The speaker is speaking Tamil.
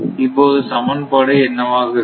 இப்போது சமன்பாடு என்னவாக இருக்கும்